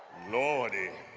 lordy,